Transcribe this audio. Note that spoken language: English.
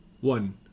One